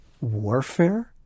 warfare